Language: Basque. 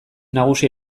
nagusi